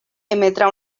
emetrà